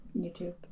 youtube